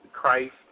Christ